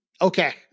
Okay